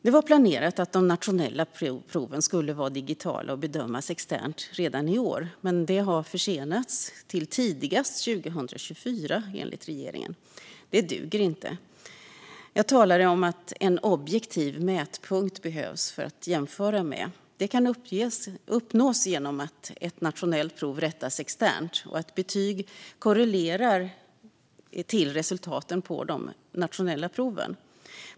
Det var planerat att de nationella proven skulle vara digitala och bedömas externt redan i år. Det har nu försenats till tidigast 2024, enligt regeringen. Det duger inte. Jag talade om att det behövs en objektiv mätpunkt att jämföra med. Det kan uppnås genom att ett nationellt prov rättas externt och att betyg korrelerar till resultaten på de nationella proven.